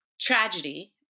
tragedy